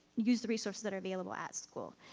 use the resources that are available at school.